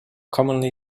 commonly